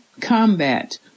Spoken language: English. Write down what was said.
combat